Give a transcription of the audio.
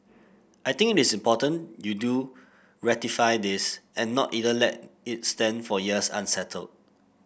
I think it is important you do ratify this and not either let its stand for years unsettled